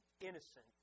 innocent